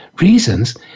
reasons